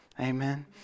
Amen